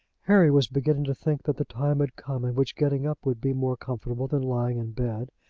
harry was beginning to think that the time had come in which getting up would be more comfortable than lying in bed,